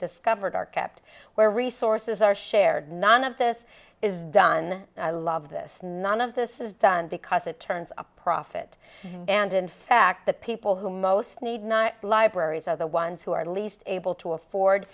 discovered are kept where resources are shared none of this is done i love this none of this is done because it turns up profit and in fact the people who most need not libraries are the ones who are least able to afford